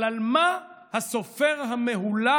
אבל על מה הסופר המהולל,